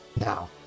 Now